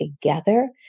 together